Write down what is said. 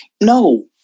No